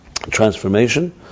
transformation